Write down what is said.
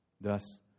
Thus